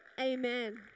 Amen